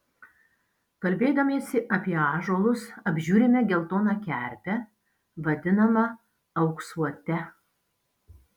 kalbėdamiesi apie ąžuolus apžiūrime geltoną kerpę vadinamą auksuote